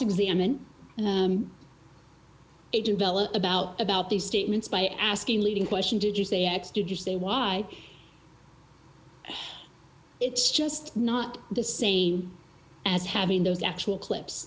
examine it develop about about these statements by asking leading question did you say x did you say why it's just not the same as having those actual clips